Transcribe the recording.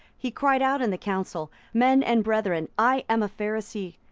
he cried out in the council, men and brethren, i am a pharisee,